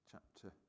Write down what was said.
Chapter